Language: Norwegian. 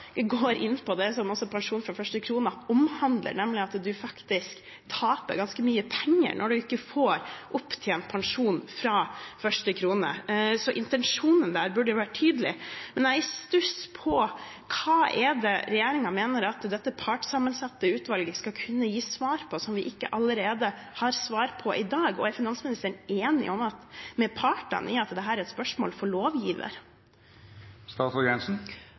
går inn på det som også pensjon fra første krone omhandler, nemlig at man faktisk taper ganske mye penger når man ikke får opptjent pensjon fra første krone. Så intensjonen der burde vært tydelig. Men jeg er i stuss på hva regjeringen mener at dette partssammensatte utvalget skal kunne gi svar på som vi ikke allerede har svar på i dag. Er finansministeren enig med partene i at dette er et spørsmål for lovgiver?